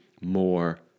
more